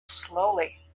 slowly